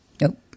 Nope